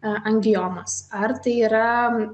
angiomos ar tai yra